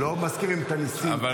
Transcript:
לא מזכירים את הניסים בשמונה עשרה.